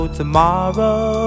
tomorrow